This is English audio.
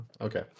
Okay